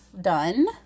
done